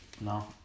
No